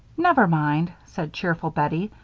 never mind, said cheerful bettie.